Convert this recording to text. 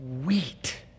wheat